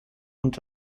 und